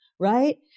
Right